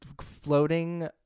floating